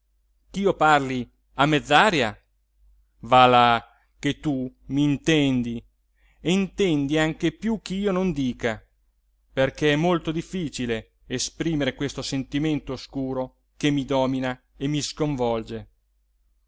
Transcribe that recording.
ch'io parli a mezz'aria va là che tu m'intendi e intendi anche più ch'io non dica perché è molto difficile esprimere questo sentimento oscuro che mi domina e mi sconvolge